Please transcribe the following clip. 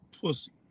pussy